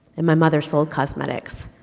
and my mother sold cosmetics.